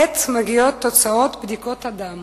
עת מגיעות תוצאות בדיקות הדם